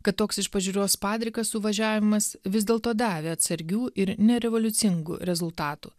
kad toks iš pažiūros padrikas suvažiavimas vis dėlto davė atsargių ir nerevoliucingų rezultatų